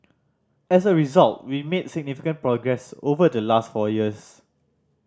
as a result we made significant progress over the last four years